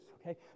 okay